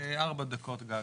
ארבע דקות "גג".